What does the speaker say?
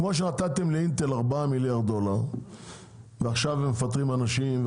כמו שנתתם לאינטל ארבעה מיליארדי דולרים ועכשיו הם מפטרים אנשים.